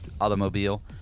automobile